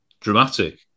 dramatic